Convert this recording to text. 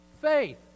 Faith